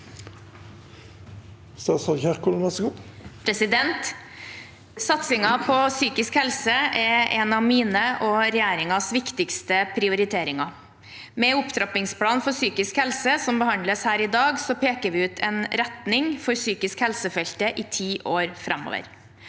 Satsingen på psykisk helse er en av mine og regjeringens viktigste prioriteringer. Med opptrappingsplanen for psykisk helse som behandles her i dag, peker vi ut en retning for psykisk helse-feltet i ti år framover.